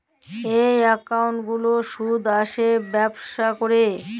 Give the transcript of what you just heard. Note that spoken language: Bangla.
ই একাউল্ট গুলার সুদ আসে ব্যবছা ক্যরে